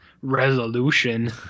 resolution